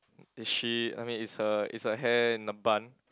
is she I mean is her is her hair in a bun